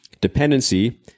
Dependency